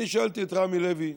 אני שאלתי את רמי לוי: